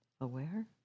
aware